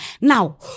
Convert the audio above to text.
Now